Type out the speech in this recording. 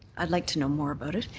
i'd like to know more about it.